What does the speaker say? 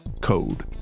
code